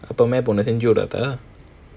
அப்போ செஞ்சிவிடாதா:appo senjividaathaa